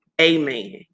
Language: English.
Amen